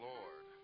Lord